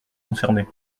concernés